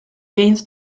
gains